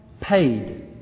paid